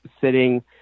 sitting